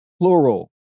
Plural